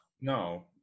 No